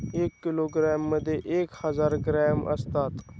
एक किलोग्रॅममध्ये एक हजार ग्रॅम असतात